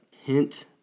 hint